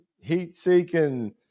heat-seeking